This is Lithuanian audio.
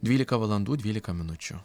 dvylika valandų dvylika minučių